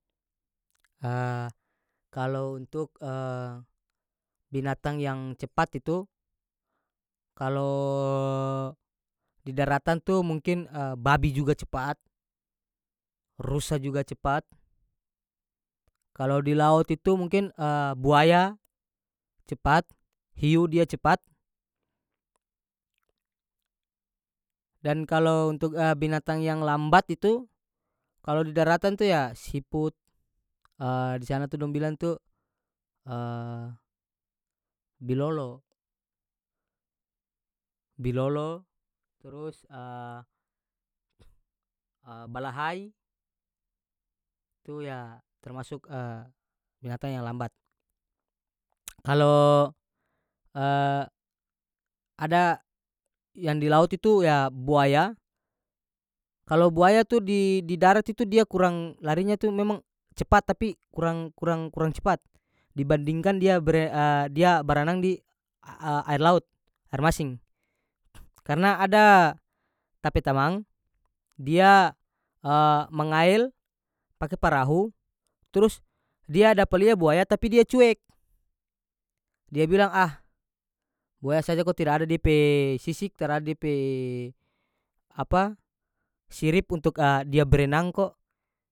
kalo untuk binatang yang cepat itu kalo di daratan tu mungkin babi juga cepat rusa juga cepat kalo di laut itu mungkin buaya cepat hiu dia cepat dan kalo untuk binatang yang lambat itu kalo di daratan tu ya siput di sana tu dong bilang tu bilolo- bilolo trus balahai tu ya termasuk binatang yang lambat kalo ada yang di laut itu ya buaya kalo buaya tu di- di darat itu dia kurang larinya tu memang cepat tapi kurang kurang- kurang cepat dibandingkan dia bere dia berenang di a a- air laut air masing karena ada ta pe tamang dia mangael pake parahu trus dia dapa lia buaya tapi dia cuek dia bilang ah buaya saja ko tida ada dia pe sisik tarada dia pe apa sirip untuk dia berenang ko.